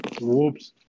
Whoops